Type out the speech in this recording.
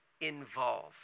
involved